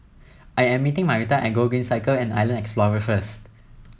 I am meeting Marita at Gogreen Cycle and Island Explorer first